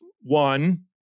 one